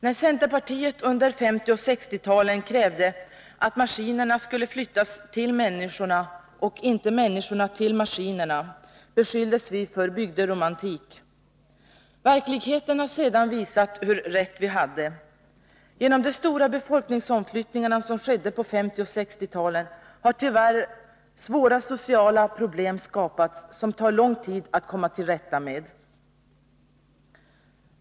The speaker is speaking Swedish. När centerpartiet under 1950 och 1960-talen krävde att maskinerna skulle flyttas till människorna och inte människorna till maskinerna beskylldes vi för bygderomantik. Verkligheten har sedan visat hur rätt vi hade. Genom de stora befolkningsomflyttningar som skedde på 1950 och 1960-talen har tyvärr svåra sociala problem skapats, som det tar lång tid att komma till rätta med.